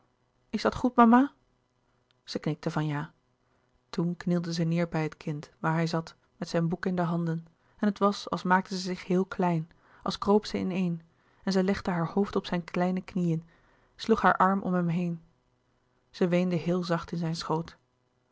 is dat goed mama zij knikte van ja toen knielde zij neêr bij het kind waar hij zat met zijn boek in de handen en het was als maakte zij zich heel klein als kroop zij ineen en zij legde haar hoofd op zijn kleine knieën sloeg haar arm om hem heen zij weende heel zacht in zijn schoot